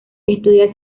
estudia